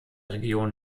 region